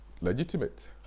legitimate